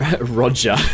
Roger